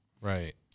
Right